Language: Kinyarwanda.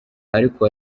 ariko